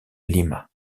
lima